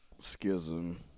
Schism